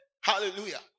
Hallelujah